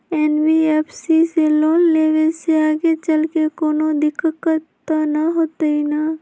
NBFC से loan लेबे से आगेचलके कौनो दिक्कत त न होतई न?